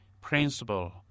Principle